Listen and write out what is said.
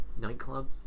nightclub